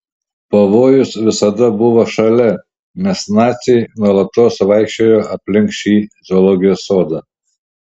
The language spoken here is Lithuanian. pavojus visada buvo šalia nes naciai nuolatos vaikščiojo aplink šį zoologijos sodą